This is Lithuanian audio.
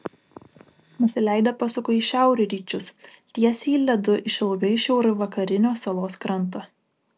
nusileidę pasuko į šiaurryčius tiesiai ledu išilgai šiaurvakarinio salos kranto